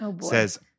says